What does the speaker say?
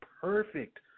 perfect